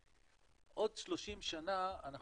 גם 30 שנה עוברות בסוף.